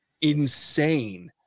insane